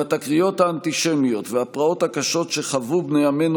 אולם התקריות האנטישמיות והפרעות הקשות שחוו בני עמנו